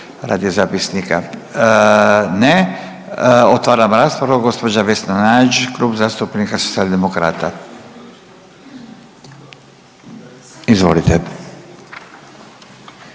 radi zapisnika. Ne. Otvaram raspravu. Gđa Vesna Nađ, Klub zastupnika Socijaldemokrata, izvolite.